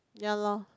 ya lor